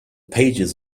pages